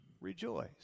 Rejoice